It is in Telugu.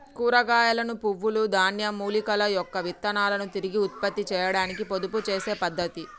కూరగాయలను, పువ్వుల, ధాన్యం, మూలికల యొక్క విత్తనాలను తిరిగి ఉత్పత్తి చేయాడానికి పొదుపు చేసే పద్ధతి